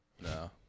No